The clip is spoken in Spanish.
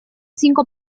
cinco